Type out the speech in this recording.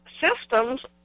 systems